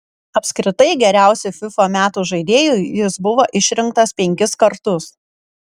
apskritai geriausiu fifa metų žaidėju jis buvo išrinktas penkis kartus